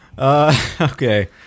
Okay